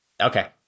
Okay